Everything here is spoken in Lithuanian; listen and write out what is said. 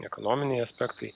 ekonominiai aspektai